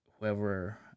whoever